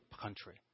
country